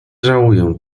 żałuję